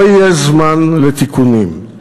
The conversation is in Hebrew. לא יהיה זמן לתיקונים,